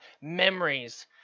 memories